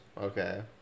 Okay